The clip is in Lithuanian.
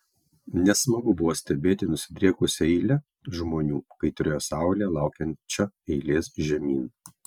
nesmagu buvo stebėti nusidriekusią eilę žmonių kaitrioje saulėje laukiančią eilės žemyn